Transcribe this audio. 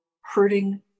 hurting